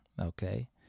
okay